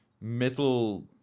metal